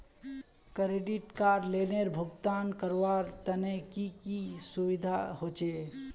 Credit card लोनेर भुगतान करवार तने की की सुविधा होचे??